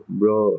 bro